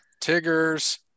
Tigers